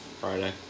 Friday